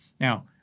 Now